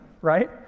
right